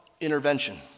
intervention